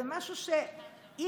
זה משהו שאי-אפשר.